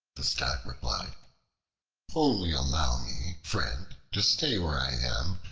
the stag replied only allow me, friend, to stay where i am,